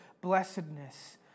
blessedness